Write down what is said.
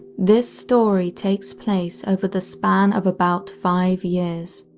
this story takes place over the span of about five years,